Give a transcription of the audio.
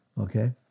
okay